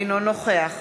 אינו נוכח